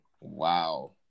Wow